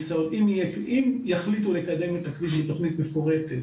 אם יחליטו לקדם את הכביש עם תכנית מפורטת,